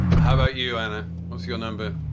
how about you? and ah what's your number?